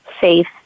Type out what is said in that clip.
safe